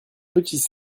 petits